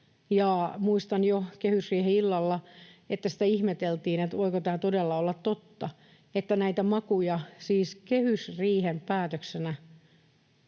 Muistan jo kehysriihen illalta, että sitä ihmeteltiin, voiko tämä todella olla totta, että näitä makuja siis kehysriihen päätöksenä